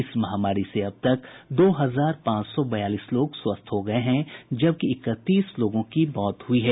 इस महामारी से अब तक दो हजार पांच सौ बयालीस लोग स्वस्थ हो गये हैं जबकि इकतीस लोगों की मौत हुई है